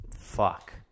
fuck